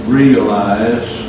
realize